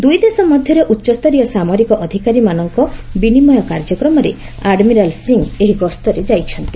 ଦୂଇଦେଶ ମଧ୍ୟରେ ଉଚ୍ଚସ୍ତରୀୟ ସାମରିକ ଅଧିକାରୀମାନଙ୍କ ବିନିମୟ କାର୍ଯ୍ୟକ୍ରମରେ ଆଡମିରାଲ ସିଂହ ଏହି ଗସ୍ତରେ ଯାଇଛନ୍ତି